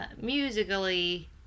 musically